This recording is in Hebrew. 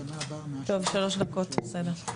טוב, שלוש דקות זה בסדר.